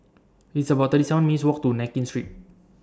It's about thirty seven minutes' Walk to Nankin Street